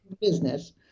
business